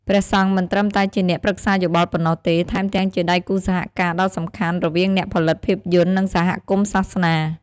ព្រះសង្ឃមិនត្រឹមតែជាអ្នកប្រឹក្សាយោបល់ប៉ុណ្ណោះទេ ថែមទាំងជាដៃគូសហការណ៍ដ៏សំខាន់ រវាងអ្នកផលិតភាពយន្ត និងសហគមន៍សាសនា។